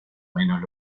menos